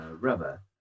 rubber